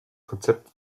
konzept